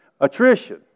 Attrition